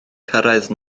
cyrraedd